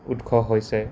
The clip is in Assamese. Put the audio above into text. উৎস হৈছে